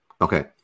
Okay